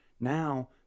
now